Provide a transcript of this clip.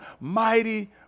mighty